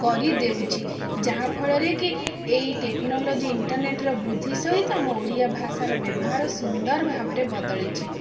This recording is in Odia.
କରି ଦେଉଛି ଯାହା ଫଳରେ କି ଏହି ଟେକ୍ନୋଲୋଜି ଇଣ୍ଟରନେଟ ବୃଦ୍ଧି ସହିତ ଆମ ଓଡ଼ିଆ ଭାଷାର ବ୍ୟବହାର ସୁନ୍ଦର ଭାବରେ ବଦଳିଛି